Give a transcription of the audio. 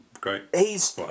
great